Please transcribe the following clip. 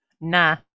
Nah